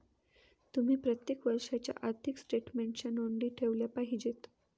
तुम्ही प्रत्येक वर्षाच्या आर्थिक स्टेटमेन्टच्या नोंदी ठेवल्या पाहिजेत